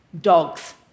dogs